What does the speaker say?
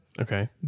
Okay